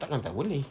tak kan tak boleh